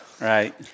right